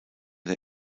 der